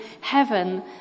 heaven